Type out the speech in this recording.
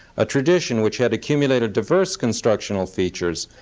a tradition which had accumulated diverse constructional features,